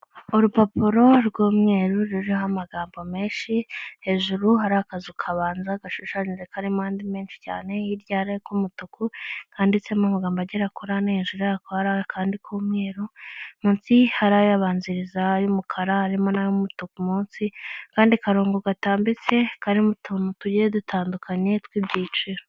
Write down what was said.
Urupapuro rw'umweru ruriho amagambo menshi hejuru hari akazu kabanza gashushanyije karimo andi menshi cyane hirya hari ak'umutuku kandiditsemo amagambo agera kuri ane, hejuru yako hari akandi k'umweru munsi hari ayabanziriza y'umukara harimo n'ay'umutuku munsi akandi karongo katambitse karimo untu tugiye dutandukanye tw'ibyiciro.